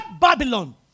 Babylon